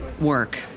work